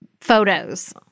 photos